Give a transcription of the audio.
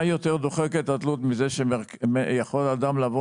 מה יותר דוחק את התלות מזה שאדם יכול לבוא